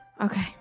Okay